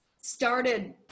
started